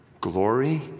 glory